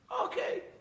Okay